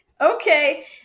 okay